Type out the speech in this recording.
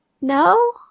No